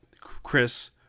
Chris